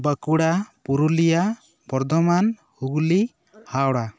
Bankura Purulia Bardhaman Hooghly Howrah